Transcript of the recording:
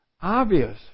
obvious